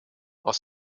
aus